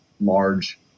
large